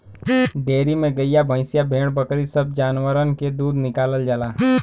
dairy में गइया भईंसिया भेड़ बकरी सब जानवर के दूध निकालल जाला